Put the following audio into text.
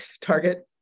target